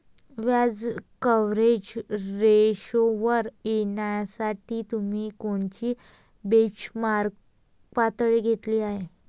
व्याज कव्हरेज रेशोवर येण्यासाठी तुम्ही कोणती बेंचमार्क पातळी घेतली आहे?